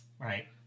right